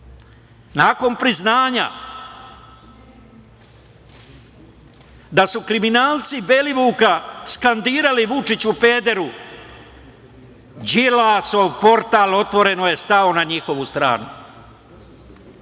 Nakon priznanja da su kriminalci Belivuka skandirali "Vučiću, pederu", Đilasov portal otvoreno je stao na njihovu